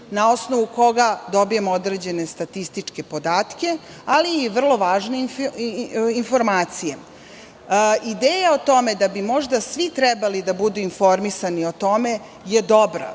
na osnovu koga dobijamo određene statističke podatke, ali i vrlo važne informacije. Ideja o tome da bi možda svi trebali da budu informisani o tome je dobra,